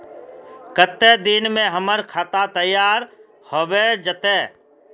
केते दिन में हमर खाता तैयार होबे जते?